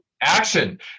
Action